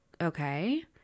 okay